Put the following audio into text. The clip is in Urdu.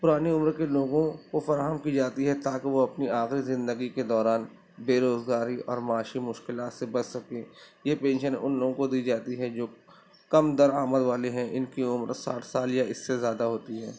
پرانی عمر کے لوگوں کو فراہم کی جاتی ہے تاکہ وہ اپنی آخری زندگی کے دوران بےروزگاری اور معاشی مشکلات سے بچ سکیں یہ پینشن ان لوگوں کو دی جاتی ہے جو کم درآمد والے ہیں ان کی عمر ساٹھ سال یا اس سے زیادہ ہوتی ہے